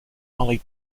molly